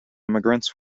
immigrants